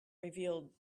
revealed